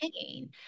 pain